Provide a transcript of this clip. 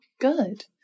Good